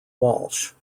walsh